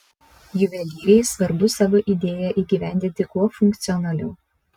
juvelyrei svarbu savo idėją įgyvendinti kuo funkcionaliau